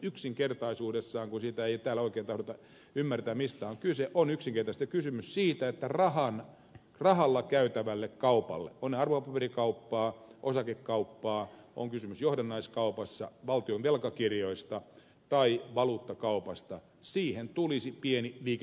yksinkertaisuudessaan kun sitä ei täällä oikein tahdota ymmärtää mistä on kyse on kysymys siitä että rahalla käytävälle kaupalle on se arvopaperikauppaa osakekauppaa on kysymys johdannaiskaupasta valtion velkakirjoista tai valuuttakaupasta tulisi pieni liikevaihtovero